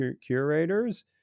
curators